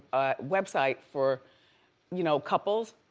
a website for you know couples,